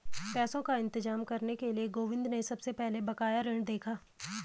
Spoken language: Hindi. पैसों का इंतजाम करने के लिए गोविंद ने सबसे पहले बकाया ऋण देखा